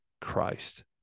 Christ